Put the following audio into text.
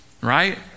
right